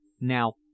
Now